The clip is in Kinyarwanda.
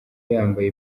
yambaye